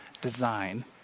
design